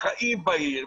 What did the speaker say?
לחיים בעיר,